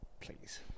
please